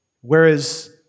Whereas